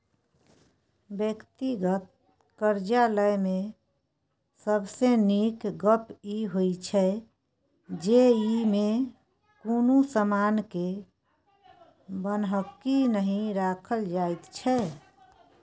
व्यक्तिगत करजा लय मे सबसे नीक गप ई होइ छै जे ई मे कुनु समान के बन्हकी नहि राखल जाइत छै